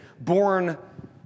born